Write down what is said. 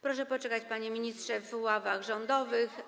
Proszę poczekać, panie ministrze, w ławach rządowych.